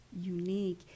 unique